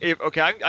okay